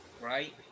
Right